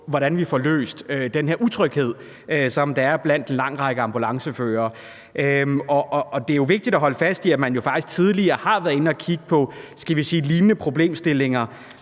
hvordan vi får løst den her utryghed, som der er blandt en lang række ambulanceførere. Og det er vigtigt at holde fast i, at man jo faktisk tidligere har været inde og kigge på, skal vi sige lignende problemstillinger,